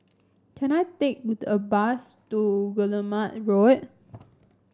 can I take with a bus to Guillemard Road